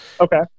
Okay